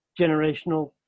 generational